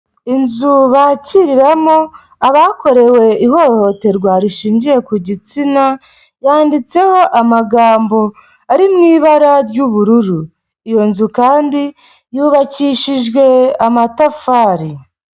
Inzu bakiriwemo abakorewe ihohoterwa rishingiye ku gitsina yanditseho amagambo ari mu ibara ry'ubururu, iyo nzu kandi yubakishijwe amatafari.